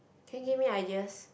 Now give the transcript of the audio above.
can give me ideas